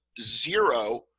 Zero